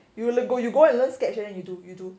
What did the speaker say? you will go you go and learn sketch then you do you do